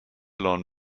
lawn